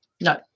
No